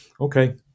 Okay